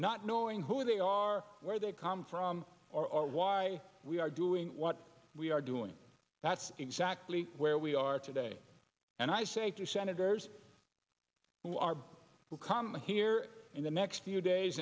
not knowing who they are where they come from or why we are doing what we are doing that's exactly where we are today and i say to senators who are who come here in the next few days